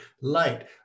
light